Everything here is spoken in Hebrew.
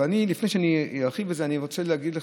אבל לפני שאני ארחיב בזה אני רוצה להגיד לך,